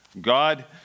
God